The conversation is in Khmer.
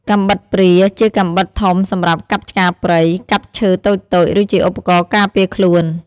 កាំបិតព្រា ជាកាំបិតធំសម្រាប់កាប់ឆ្ការព្រៃ កាប់ឈើតូចៗ ឬជាឧបករណ៍ការពារខ្លួន។